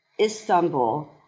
Istanbul